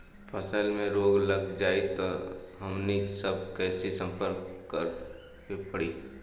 फसल में रोग लग जाई त हमनी सब कैसे संपर्क करें के पड़ी?